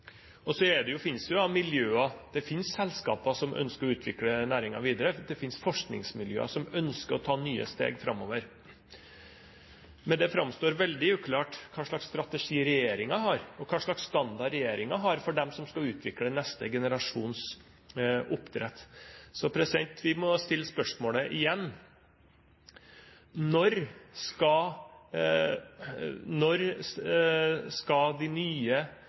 Så finnes det jo miljøer, selskaper, som ønsker å utvikle næringen videre. Det finnes forskningsmiljøer som ønsker å ta nye steg framover. Men det framstår veldig uklart hva slags strategi regjeringen har, og hva slags standard regjeringen har for dem som skal utvikle neste generasjons oppdrett. Så vi må stille spørsmålet igjen: Når skal de nye generasjonene av oppdrett og ny teknologi være introdusert for næringen? Har fiskeriministeren noen frist for næringen for når problemene skal